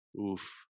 Oof